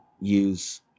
use